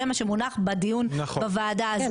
זה מה שמונח בדיון בוועדה הזו.